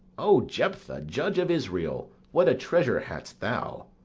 o jephthah, judge of israel, what a treasure hadst thou!